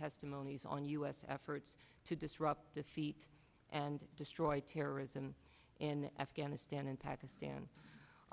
testimonies on u s efforts to disrupt defeat and destroy terrorism in afghanistan and pakistan